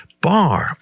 Bar